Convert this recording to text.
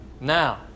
now